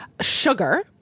sugar